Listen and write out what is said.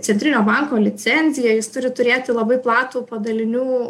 centrinio banko licenciją jis turi turėti labai platų padalinių